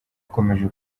akomeje